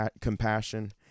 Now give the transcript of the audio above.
compassion